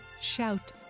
shout